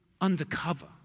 undercover